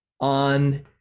on